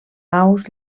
aus